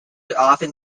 often